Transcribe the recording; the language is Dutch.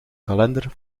kalender